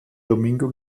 domingo